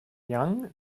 young